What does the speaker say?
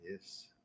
Yes